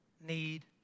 need